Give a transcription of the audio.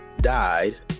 died